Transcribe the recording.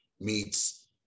meets